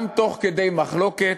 גם תוך כדי מחלוקת,